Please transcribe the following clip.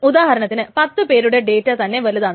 ഉദാഹരണത്തിന് പത്ത് പേരുടെ ഡേറ്റ തന്നെ വലുതാണ്